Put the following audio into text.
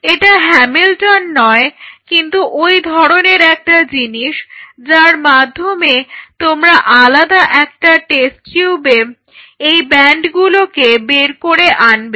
এটা হ্যামিল্টন নয় কিন্তু ঐ ধরনের একটা জিনিস যার মাধ্যমে তোমরা আলাদা একটা টেস্ট টিউবে এই ব্যান্ডগুলোকে বের করে আনবে